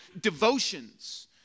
devotions